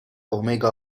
omega